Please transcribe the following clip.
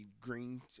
Green